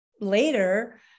later